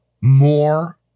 more